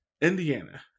Indiana